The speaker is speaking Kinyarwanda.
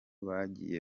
bagiye